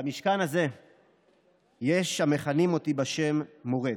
במשכן הזה יש המכנים אותי בשם "מורד".